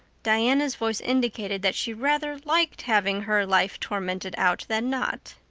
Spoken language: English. diana's voice indicated that she rather liked having her life tormented out than not.